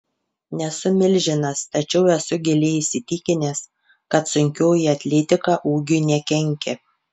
nesu milžinas tačiau esu giliai įsitikinęs kad sunkioji atletika ūgiui nekenkia